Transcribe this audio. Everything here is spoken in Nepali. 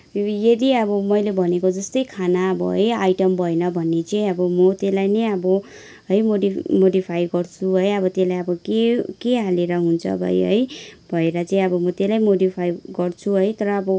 यदि यदि अब मैले भनेको जस्तै खाना अब है आइटम भएन भने चाहिँ अब म त्यसलाई नै अब है मोडी मोडिफाई गर्छु है अब त्यसलाई अब के के हालेर हुन्छ अब है भएर चाहिँ अब म त्यसलाई मोडिफाई गर्छु है तर अब